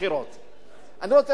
אני רוצה להגיד לראש הממשלה,